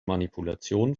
manipulation